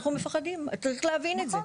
אנחנו מפוחדים, צריך להבין את זה.